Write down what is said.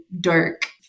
dark